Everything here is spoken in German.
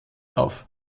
auf